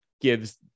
gives